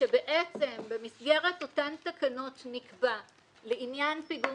כשבעצם במסגרת אותן תקנות נקבע לעניין פיגום